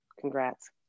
congrats